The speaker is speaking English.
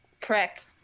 Correct